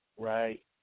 Right